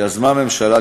שיזמה הממשלה,